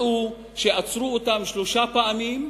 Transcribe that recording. מצאו שעצרו אותם שלוש פעמים,